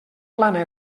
plana